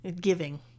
giving